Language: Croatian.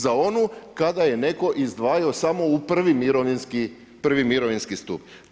Za onu kada je netko izdvajao samo u prvi mirovinsku stup.